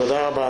תודה רבה.